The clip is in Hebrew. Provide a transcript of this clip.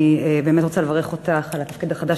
אני באמת רוצה לברך אותך על התפקיד החדש,